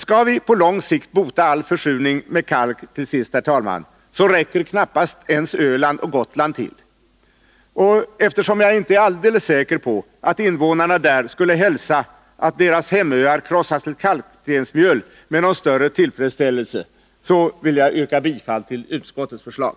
Skall vi på lång sikt bota all försurning med kalk, räcker knappast ens Öland och Gotland till. Eftersom jag inte heller är alldeles säker på att invånarna där skulle hälsa att deras hemöar krossades till kalkstensmjöl med någon större tillfredsställelse, vill jag yrka bifall till utskottets förslag.